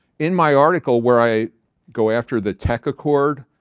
in my article, where i go after the tech accord,